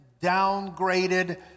downgraded